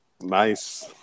Nice